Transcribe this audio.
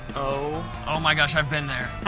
oh. oh my gosh. i've been there.